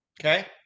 Okay